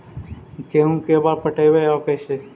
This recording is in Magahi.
गेहूं के बार पटैबए और कैसे?